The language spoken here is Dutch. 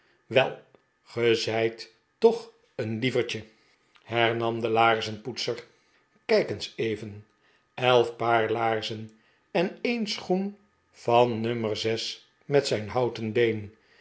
wel ge zijt toch een lievertje hernam de pickwick clu de laarzenpoetser kijk eens even elf paar laarzen en een schoen van nummer zes met zijn houten been